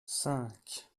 cinq